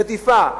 של רדיפה.